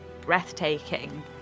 breathtaking